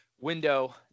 window